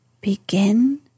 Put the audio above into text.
begin